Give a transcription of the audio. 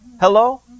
Hello